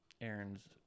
aaron's